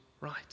right